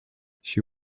she